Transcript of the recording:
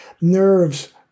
nerves